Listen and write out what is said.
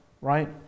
right